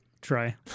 try